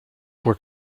were